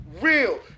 real